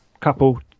couple